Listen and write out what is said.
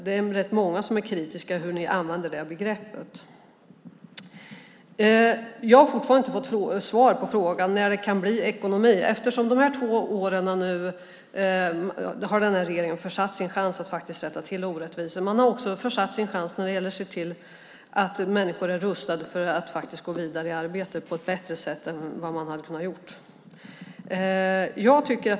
Det är ganska många som är kritiska till hur ni använder det begreppet. Jag har fortfarande inte fått svar på frågan när det kan bli ekonomi. Regeringen har under dessa två år försatt sin chans att rätta till orättvisorna. Man har också försatt sin chans att se till att människorna är rustade för att på ett bättre sätt kunna gå vidare i arbete.